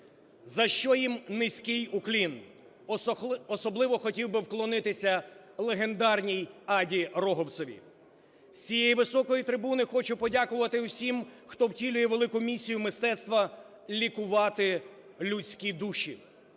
за що їм низький уклін. Особливо хотів би вклонитися легендарній Аді Роговцевій. З цієї високої трибуни хочу подякувати усім, хто втілює велику місію мистецтва – лікувати людські душі.